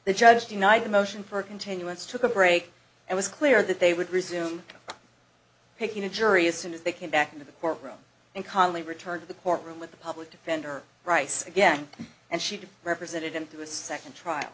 the judge denied the motion for continuance took a break and was clear that they would resume picking a jury as soon as they came back into the court room and calmly returned to the court room with the public defender rice again and she did represented him through a second trial